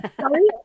Sorry